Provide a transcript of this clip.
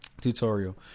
tutorial